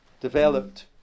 developed